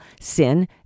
sin